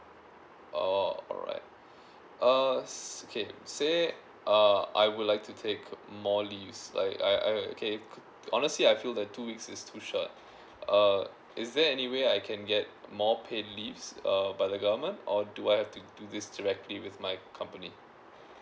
oh alright uh okay say uh I would like to take more leaves like I I okay could honestly I feel that two weeks is too short err is there anyway I can get more paid leaves uh by the government or do I have to do this directly with my company